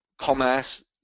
commerce